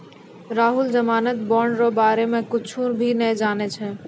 राहुल जमानत बॉन्ड रो बारे मे कुच्छ भी नै जानै छै